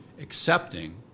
accepting